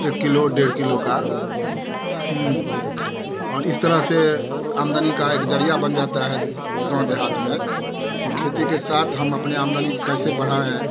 एक किलो डेढ़ किलो का और इस तरह से आमदनी का एक ज़रिया बन जाता है गाँव देहात में जो खेती के साथ हम अपने आमदनी को कैसे बढ़ाएं